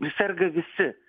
serga visi